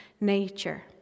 nature